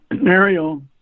Mario